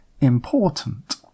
important